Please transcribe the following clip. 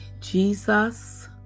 Jesus